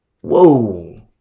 Whoa